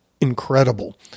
incredible